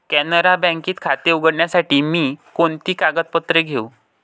कॅनरा बँकेत खाते उघडण्यासाठी मी कोणती कागदपत्रे घेऊ?